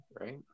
right